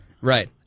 Right